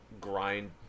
grind